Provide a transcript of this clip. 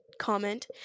comment